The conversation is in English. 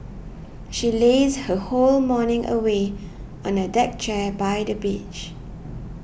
she lazed her whole morning away on a deck chair by the beach